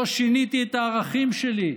לא שיניתי את הערכים שלי.